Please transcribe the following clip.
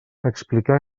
explicar